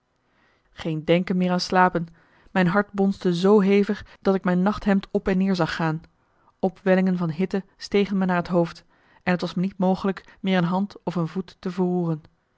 geen denken meer aan slapen mijn hart bonsde zoo hevig dat ik mijn nachthemd op en neer zag gaan opwellingen van hitte stegen me naar het hoofd en marcellus emants een nagelaten bekentenis t was me niet mogelijk meer een hand of een voet te verroeren